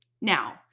Now